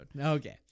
okay